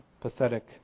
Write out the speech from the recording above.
pathetic